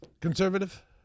conservative